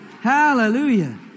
Hallelujah